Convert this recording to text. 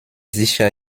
sicher